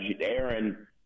Aaron